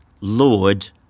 Lord